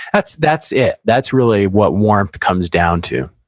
that's that's it. that's really what warmth comes down to